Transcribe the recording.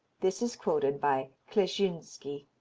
this is quoted by kleczynski.